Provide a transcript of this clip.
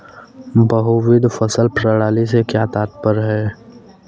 बहुविध फसल प्रणाली से क्या तात्पर्य है?